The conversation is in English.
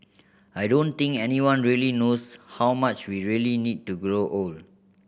I don't think anyone really knows how much we really need to grow old